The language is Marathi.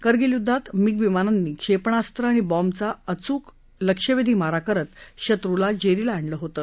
करगील युद्धात मिग विमानांनी क्षेपणास्त्र आणि बॉम्बचा अचून लक्ष्यवेधी मारा करत शत्रूला जेरीस आणलं होतं